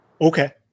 Okay